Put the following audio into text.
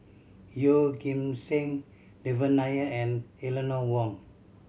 Yeoh Ghim Seng Devan Nair and Eleanor Wong